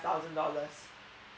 thousand dollars